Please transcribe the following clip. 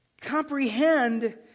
comprehend